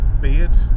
beard